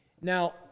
Now